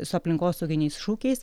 su aplinkosauginiais šūkiais